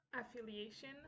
affiliation